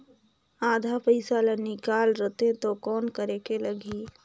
आधा पइसा ला निकाल रतें तो कौन करेके लगही?